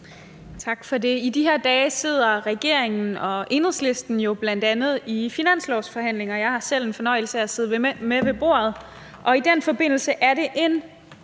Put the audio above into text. Tak for det. I de her dage sidder regeringen og Enhedslisten bl.a. i finanslovsforhandlinger. Jeg har selv fornøjelsen af at sidde med ved bordet, og i den forbindelse er det en